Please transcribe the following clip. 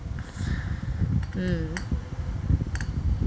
hmm